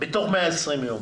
בתוך 120 ימים,